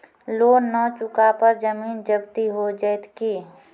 Loan न चुका पर जमीन जब्ती हो जैत की?